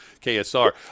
KSR